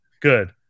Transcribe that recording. good